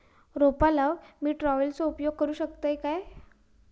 रोपा लाऊक मी ट्रावेलचो उपयोग करू शकतय काय?